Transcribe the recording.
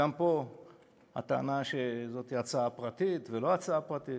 גם פה הטענה שזו הצעה פרטית ולא הצעה פרטית,